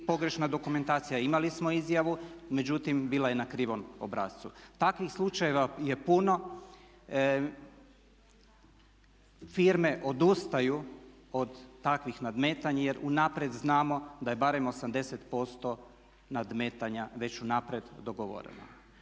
pogrešna dokumentacija, imali smo izjavu, međutim bila je na krivom obrascu. Takvih slučajeva je pun. Firme odustaju od takvih nadmetanja jer unaprijed znamo da je barem 80% nadmetanja već unaprijed dogovoreno.